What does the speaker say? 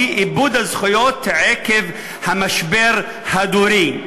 היא איבוד הזכויות עקב המשבר הדורי.